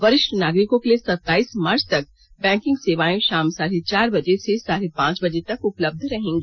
वरिष्ठ नागरिकों के लिए सत्ताईस मार्च तक बैंकिंग सेवाएं शाम साढे चार बजे से साढे पांच बजे तक उपलब्ध रहेंगी